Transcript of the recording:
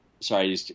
Sorry